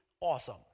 awesome